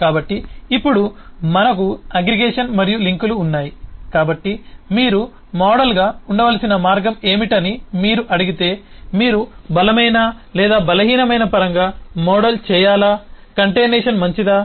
కాబట్టి ఇప్పుడు మనకు అగ్రిగేషన్ మరియు లింకులు ఉన్నాయి కాబట్టి మీరు మోడల్గా ఉండవలసిన మార్గం ఏమిటని మీరు అడిగితే మీరు బలమైన లేదా బలహీనమైన పరంగా మోడల్ చేయాలా కంటైనేషన్ మంచిదా